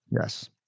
yes